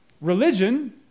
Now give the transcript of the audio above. religion